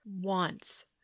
wants